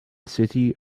city